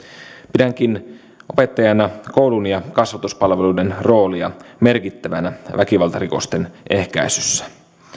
pidänkin opettajana koulun ja kasvatuspalveluiden roolia merkittävänä väkivaltarikosten ehkäisyssä